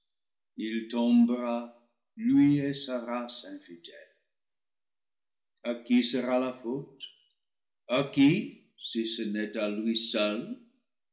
il tombera lui et sa race infidèle a qui sera la faute à qui si ce n'est à lui seul